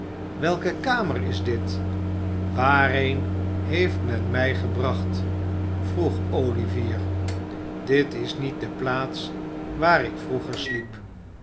welke kamer is dit waarheen heeft men mij gebracht vroeg olivier dit is niet de plaats waar ik vroeger sliep